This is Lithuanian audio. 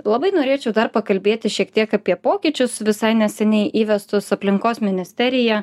labai norėčiau dar pakalbėti šiek tiek apie pokyčius visai neseniai įvestus aplinkos ministerija